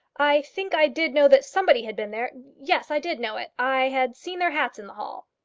i think i did know that somebody had been there. yes, i did know it. i had seen their hats in the hall.